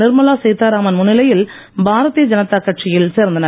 நிர்மலா சீத்தாராமன் முன்னிலையில் பாரதீய ஜனதா கட்சியில் சேர்ந்தனர்